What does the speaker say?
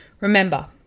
Remember